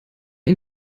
ihn